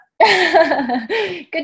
Good